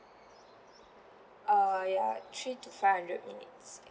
err yeah three to five hundred minutes